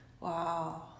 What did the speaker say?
Wow